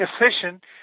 efficient